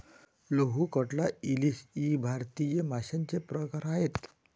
रोहू, कटला, इलीस इ भारतीय माशांचे प्रकार आहेत